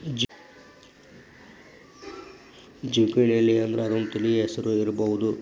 ಜುಕೇನಿಅಂದ್ರ ಅದೊಂದ ತಳಿ ಹೆಸರು ಇರ್ಬಹುದ